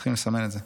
צריכים לסמן את זה.